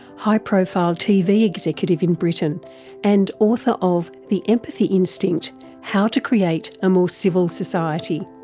high profile tv executive in britain and author of the empathy instinct how to create a more civil society.